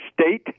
State